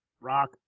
Rock